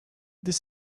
this